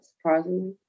surprisingly